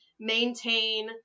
maintain